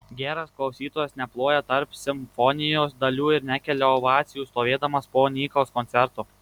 geras klausytojas neploja tarp simfonijos dalių ir nekelia ovacijų stovėdamas po nykaus koncerto